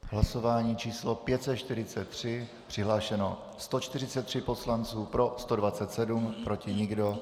Hlasování číslo 543, přihlášeno 143 poslanců, pro 127, proti nikdo.